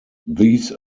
these